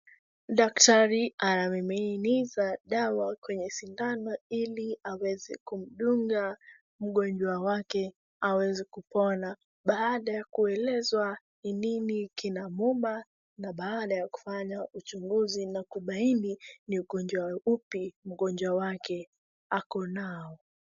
Daktari anamiminiza dawa kwenye sindano ili aweze kumdunga mgonjwa wake aweze kupona baada ya kuelezwa ni nini kinamuuma na baada ya kufanya uchuguzi na kubaini ni ugonjwa upi mgonjwa wake akonao.